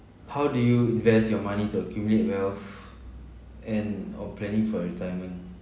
how do you invest your money to accumulate wealth and on planning for retirement